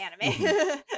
anime